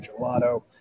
gelato